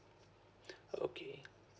okay